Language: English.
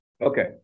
Okay